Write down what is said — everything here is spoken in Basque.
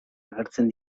agertzen